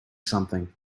something